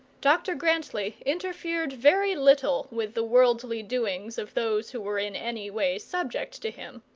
dr grantly interfered very little with the worldly doings of those who were in any way subject to him.